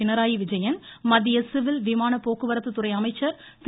பினராயி விஜயன் மத்திய சிவில் விமான போக்குவரத்துத்துறை அமைச்சர் திரு